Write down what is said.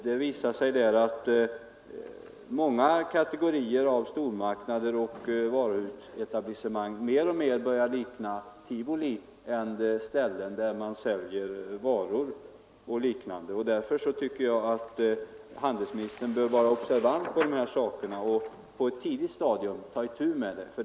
Det visar sig där att många kategorier av stormarknader och varuhus i allt större utsträckning börjar likna tivolin mer än ställen där man säljer varor. Därför tycker jag att handelsministern bör vara observant på detta och på ett tidigt stadium ta itu med saken.